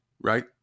right